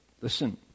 listen